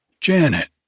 Janet